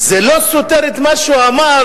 זה לא סותר את מה שהוא אמר,